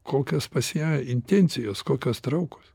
kokios pas ją intencijos kokios traukos